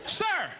sir